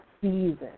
season